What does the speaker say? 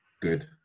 good